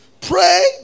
Pray